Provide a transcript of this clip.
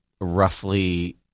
roughly